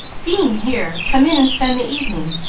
being here, come in and spend the evening.